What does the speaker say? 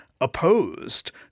opposed